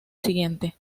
siguiente